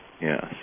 Yes